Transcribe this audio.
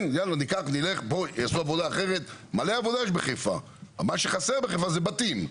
יש המון עבודה בחיפה, אבל חסר בחיפה בתים.